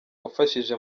wafashije